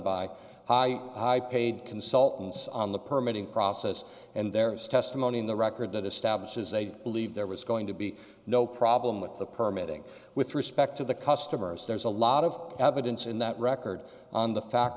by high paid consultants on the permit in process and there is testimony in the record that establishes they believe there was going to be no problem with the permit and with respect to the customers there's a lot of evidence in that record on the fact